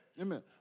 Amen